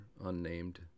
unnamed